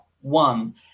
One